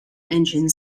engine